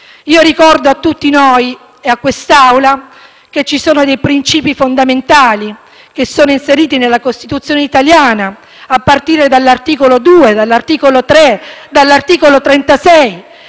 Io ricordo a tutti noi e a quest'Aula che ci sono dei princìpi fondamentali che sono inseriti nella Costituzione italiana: a partire dall'articolo 2, dall'articolo 3 e dall'articolo 36,